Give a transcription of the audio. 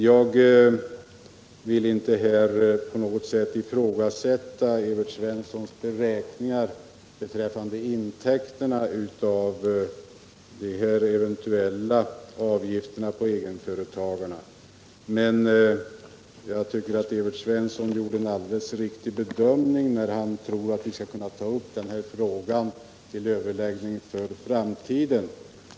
Jag vill här inte på något sätt ifrågasätta Evert Svenssons beräkningar beträffande intäkterna av de eventuella avgifterna från egenföretagarna, men jag tycker att Evert Svensson gör en alldeles riktig bedömning när han tror att vi skall kunna ta upp denna fråga till överläggningar för framtiden.